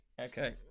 Okay